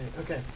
okay